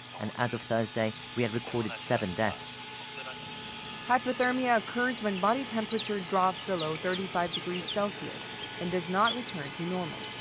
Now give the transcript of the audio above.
and as of thursday, we had recorded seven deaths. um hypothermia occurs when body temperature drops below thirty five degrees celsius and does not return to normal.